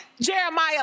Jeremiah